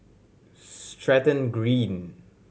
Stratton Green